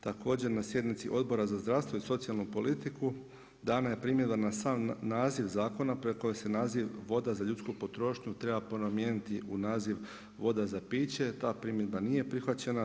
Također na sjednici Odbora za zdravstvo i socijalnu politiku dana je primjedba na sam naziv zakona preko koje se naziv voda za ljudsku potrošnju treba promijeniti u naziv voda za piće, ta primjedba nije prihvaćena.